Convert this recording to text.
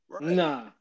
Nah